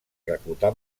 reclutar